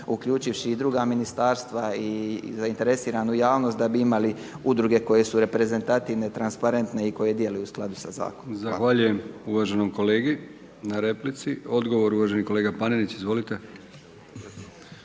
uključivši i druga ministarstva i zainteresiranu javnost da bi imali udruge koje su reprezentativne i transparente i koje djeluju u skladu sa zakonom. **Brkić, Milijan (HDZ)** Zahvaljujem uvaženom kolegi na replici. Odgovor uvaženi kolega Panenić. Izvolite.